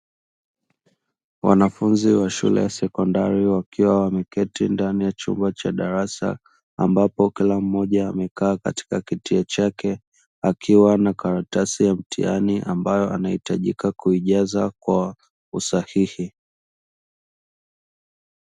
Wanafunzi wa shule ya sekondari, wakiwa wameketi ndani ya chumba cha darasa, ambapo kila mmoja amekaa katika kiti chake, akiwa na karatasi ya mtihani ambayo anahitajika kuijaza kwa usahihi.